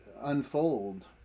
unfold